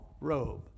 robe